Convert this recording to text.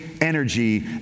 energy